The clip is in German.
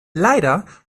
leider